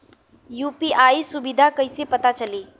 UPI सुबिधा कइसे पता चली?